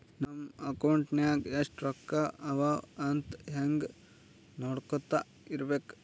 ನಮ್ ಅಕೌಂಟ್ ನಾಗ್ ಎಸ್ಟ್ ರೊಕ್ಕಾ ಅವಾ ಅಂತ್ ಹಂಗೆ ನೊಡ್ಕೊತಾ ಇರ್ಬೇಕ